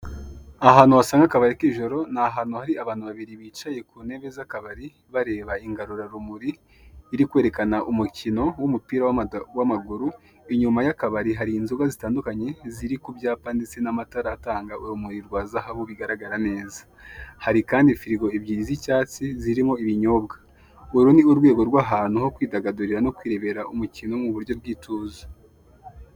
Amapikipiki menshi akoresha umuriro w'amashanyarazi. Yicayeho abagabo batandukanye, bambaye ingofero zabugenewe ndeste n'utujire tw'umuhondo. Bayakoreha mu kazi kabo ka buri munsi.